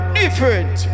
different